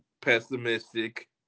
pessimistic